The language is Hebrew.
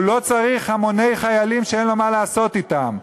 הוא לא צריך המוני חיילים שאין לו מה לעשות אתם.